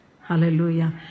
Hallelujah